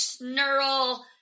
neural